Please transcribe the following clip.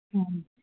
ꯎꯝ